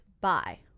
bye